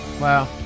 Wow